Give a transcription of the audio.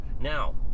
Now